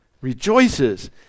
Rejoices